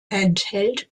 enthält